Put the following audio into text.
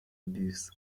abuse